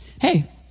Hey